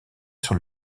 sur